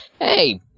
Hey